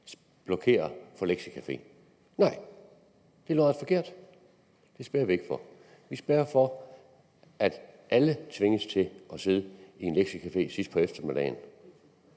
blokerede for lektiecafé. Nej, det er lodret forkert, det spærrer vi ikke for. Vi spærrer for, at alle tvinges til at sidde i en lektiecafé sidst på eftermiddagen.